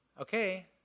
okay